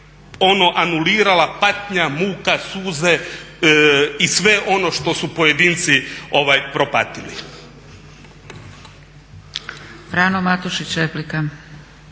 bi anulirala patnja, muka, suze i sve ono što su pojedinci propatili.